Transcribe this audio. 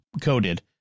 coded